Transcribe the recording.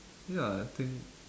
ya I think